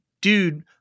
dude